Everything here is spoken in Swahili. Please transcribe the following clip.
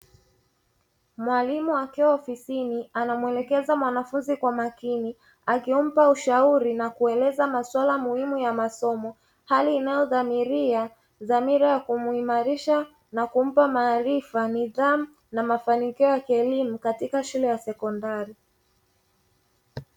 Mwalimu akiwa ofisini anamwelekeza mwanafunzi kwa makini akimpa ushauri na kueleza maswala muhimu ya masomo hali inayodhamilia dhamila ya kumuimarisha na kumpa maarifa, nidhamu na mafanikio ya kielimu katika shule ya sekondari.